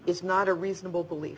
is not a reasonable belie